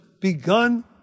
begun